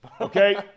Okay